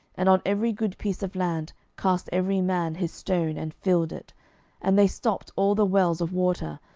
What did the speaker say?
and on every good piece of land cast every man his stone, and filled it and they stopped all the wells of water,